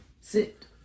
Sit